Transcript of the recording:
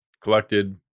collected